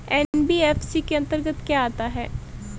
NBFC के अंतर्गत क्या आता है?